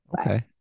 Okay